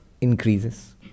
increases